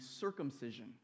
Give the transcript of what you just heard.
circumcision